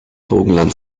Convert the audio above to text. burgenland